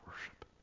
worship